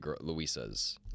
Louisa's